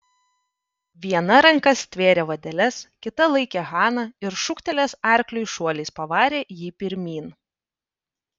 viena ranka stvėrė vadeles kita laikė haną ir šūktelėjęs arkliui šuoliais pavarė jį pirmyn